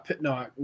No